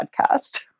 podcast